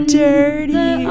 dirty